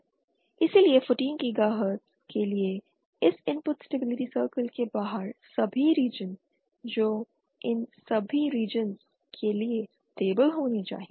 इसलिए 14 गीगाहर्ट्ज़ के लिए इस इनपुट स्टेबिलिटी सर्कल के बाहर के सभी रीजन जो इन सभी रीजनस के लिए स्टेबिल होने चाहिए